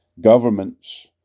governments